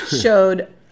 showed